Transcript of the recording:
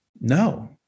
No